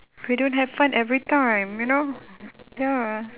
we don't have fun every time you know ya